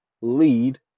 lead